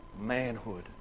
manhood